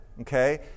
Okay